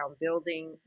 building